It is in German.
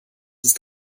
ist